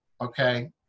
Okay